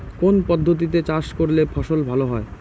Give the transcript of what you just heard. কোন পদ্ধতিতে চাষ করলে ফসল ভালো হয়?